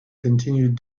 continued